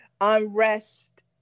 unrest